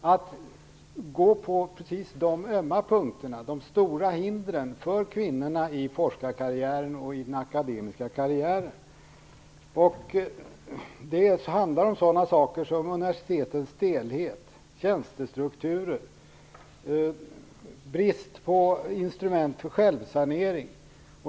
Man borde inriktat sig på just de ömma punkterna, de stora hindren för kvinnorna i forskarkarriären och i den akademiska karriären. Det handlar om sådana saker som universitetens stelhet, tjänstestrukturer och brist på instrument för självsanering.